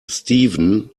steven